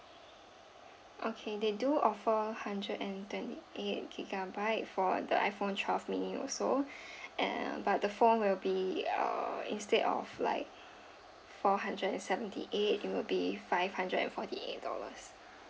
okay they do offer a hundred and twenty eight gigabyte for the iphone twelve mini also and but the phone will be err instead of like four hundred and seventy eight it will be five hundred and forty eight dollars